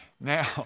Now